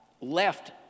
left